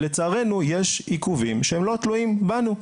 לצערנו יש עיכובים שהם לא תלויים בנו,